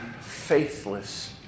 faithless